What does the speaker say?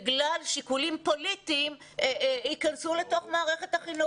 בגלל שיקולים פוליטיים יכנסו לתוך מערכת החינוך.